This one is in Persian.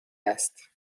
است